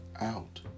out